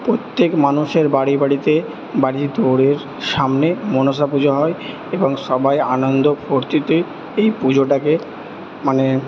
প্রত্যেক মানুষের বাড়ি বাড়িতে সামনে মনসা পুজো হয় এবং সবাই আনন্দ ফুর্তিতে এই পুজোটাকে মানে